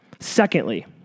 Secondly